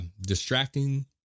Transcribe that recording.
distracting